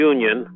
Union